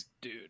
dude